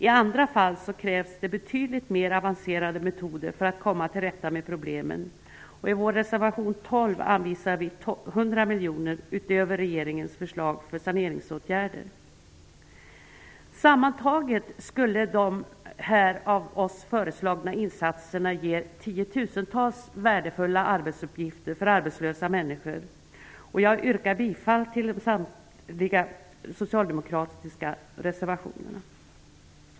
I andra fall krävs betydligt mer avancerade metoder för att komma till rätta med problemen. I vår reservation 12 anvisar vi 100 miljoner utöver regeringens förslag för saneringsåtgärder. Sammntaget skulle de av oss föreslagna insatserna ge tiotusentals värdefulla arbetsuppgifter för arbetslösa människor. Jag yrkar bifall till samtliga socialdemokratiska reservationer.